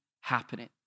happening